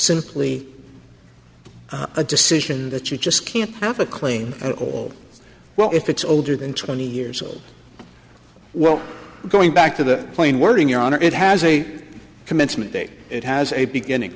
simply a decision that you just can't have a claim at all well if it's older than twenty years old well going back to the plain wording your honor it has a commencement date it has a beginning